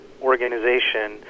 organization